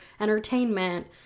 entertainment